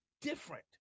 different